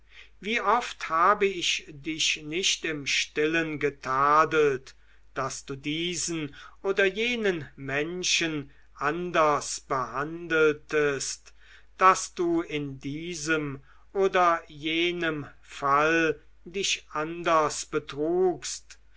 wie oft habe ich dich nicht im stillen getadelt daß du diesen oder jenen menschen anders behandeltest daß du in diesem oder jenem fall dich anders betrugst